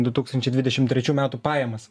du tūkstančiai dvidešim trečių metų pajamas